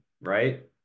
right